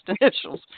initials